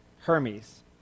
Hermes